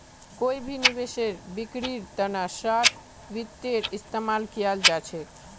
कोई भी निवेशेर बिक्रीर तना शार्ट वित्तेर इस्तेमाल कियाल जा छेक